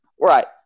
Right